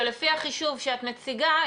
שלפי החישוב שאת מציגה,